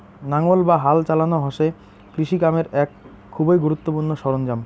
নাঙ্গল বা হাল চালানো হসে কৃষি কামের এক খুবই গুরুত্বপূর্ণ সরঞ্জাম